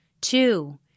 Two